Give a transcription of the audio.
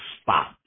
spot